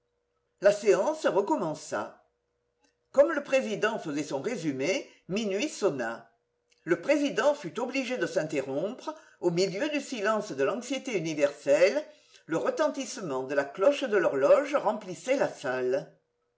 la séance recommença comme le président faisait son résumé minuit sonna le président fut obligé de s'interrompre au milieu du silence de l'anxiété universelle le retentissement de la cloche de l'horloge remplissait la salle